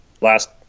last